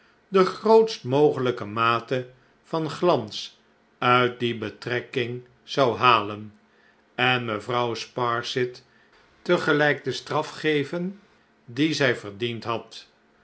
de grootst mogelijke mate van glans uit die betrekking zou halen en mevrouw sparsit tegelijk de straf geven die zij verdiend had